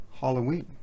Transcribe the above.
halloween